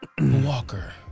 Walker